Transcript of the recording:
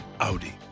Audi